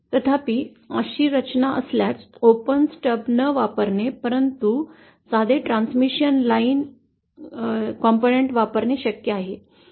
तथापि अशी रचना असल्यास ओपन स्टब न वापरणे परंतु साधे ट्रांसमिशन लाइन घटक वापरणे शक्य आहे